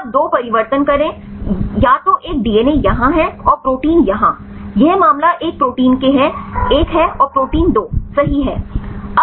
अब आप 2 परिवर्तन करें या तो एक डीएनए यहाँ है और प्रोटीन यहाँ यह मामला एक प्रोटीन एक है और प्रोटीन 2 सही है